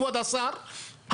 כבוד השר,